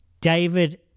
David